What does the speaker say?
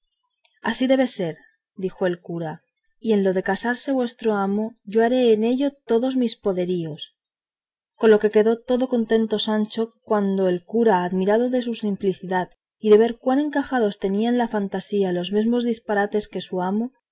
así debe de ser dijo el cura y en lo del casarse vuestro amo yo haré en ello todos mis poderíos con lo que quedó tan contento sancho cuanto el cura admirado de su simplicidad y de ver cuán encajados tenía en la fantasía los mesmos disparates que su amo